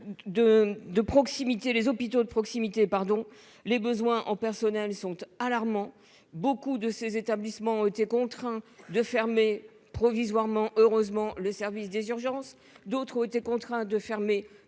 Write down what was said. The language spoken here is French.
de proximité. Les hôpitaux de proximité, pardon, les besoins en personnel sont alarmants. Beaucoup de ces établissements ont été contraints de fermer provisoirement heureusement le service des urgences. D'autres ont été contraints de fermer